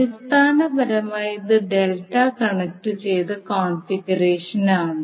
അടിസ്ഥാനപരമായി ഇത് ഡെൽറ്റ കണക്റ്റുചെയ്ത കോൺഫിഗറേഷനാണ്